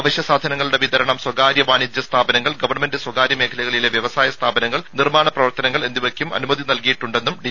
അവശ്യസാധനങ്ങളുടെ വിതരണം സ്വകാര്യ വാണിജ്യ സ്ഥാപനങ്ങൾ ഗവൺമെന്റ് സ്വകാര്യ മേഖലകളിലെ വ്യവസായ സ്ഥാപനങ്ങൾ നിർമ്മാണ പ്രവർത്തനങ്ങൾ എന്നിവയ്ക്കും അനുമതി നൽകിയിട്ടുണ്ടെന്നും ഡി